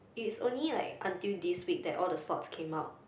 it's only like until this week that all the slots came out